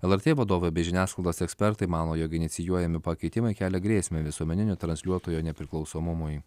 lrt vadovai bei žiniasklaidos ekspertai mano jog inicijuojami pakeitimai kelia grėsmę visuomeninio transliuotojo nepriklausomumui